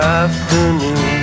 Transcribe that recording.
afternoon